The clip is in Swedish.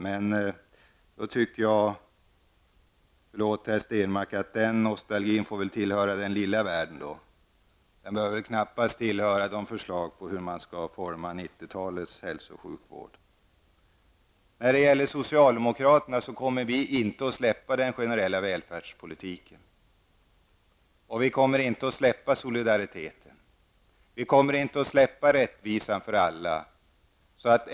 Men då -- förlåt mig, Per Stenmarck -- får väl den nostalgin tillhöra den ''lilla världen''. Den behöver ju knappast höra de förslag till som handlar om hur 90-talets hälso och sjukvård skall formas. Vi socialdemokrater kommer inte att släppa detta med den generella välfärdspolitikenen eller solidariteten. Vi kommer heller inte att släppa detta med att åstadkomma rättvisa för alla.